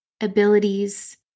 abilities